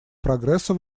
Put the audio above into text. прогресса